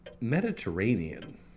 Mediterranean